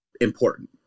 important